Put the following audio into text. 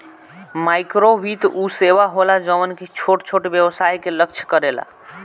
माइक्रोवित्त उ सेवा होला जवन की छोट छोट व्यवसाय के लक्ष्य करेला